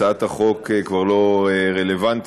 הצעת החוק כבר לא רלוונטית,